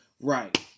right